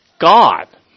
God